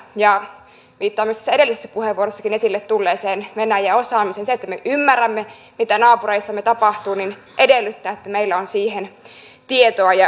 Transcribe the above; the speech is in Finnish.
ja viittaan myös tässä edellisessä puheenvuorossakin esille tulleeseen venäjä osaamiseen se että me ymmärrämme mitä naapureissamme tapahtuu edellyttää että meillä on siihen tietoa ja osaamista